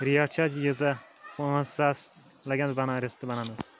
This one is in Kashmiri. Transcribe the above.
ریٹ چھ حظ ییٖژاہ پٲنژھ ساس لگَن اَتھ بناو رِستہٕ بناونَس